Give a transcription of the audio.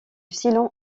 sillon